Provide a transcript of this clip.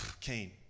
Cain